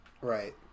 Right